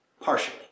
partially